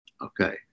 Okay